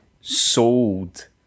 sold